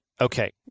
Okay